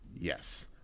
Yes